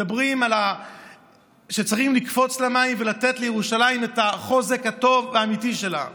מדברים על שצריך לקפוץ למים ולתת לירושלים את החוזק הטוב והאמיתי שלה.